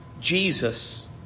Jesus